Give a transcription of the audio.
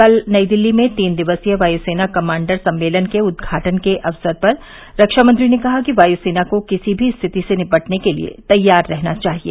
कल नई दिल्ली में तीन दिवसीय वायुसेना कमांडर सम्मेलन के उद्घाटन के अवसर पर रक्षा मंत्री ने कहा कि वायुसेना को किसी भी स्थिति से निपटने के लिए तैयार रहना चाहिए